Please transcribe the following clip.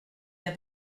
der